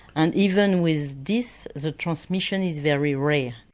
and even with this the transmission is very rare.